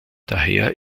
daher